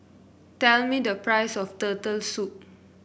tell me the price of Turtle Soup